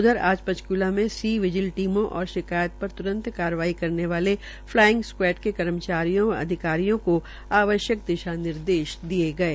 उधर आज पंचकूला मे सी विजल टीमों और शिकायत पर त्रंत कार्रवाई करने वाले फलाईग स्वायड के कर्मचारियों व अधिकारियों को आवश्यक दिशा निर्देश दिये गये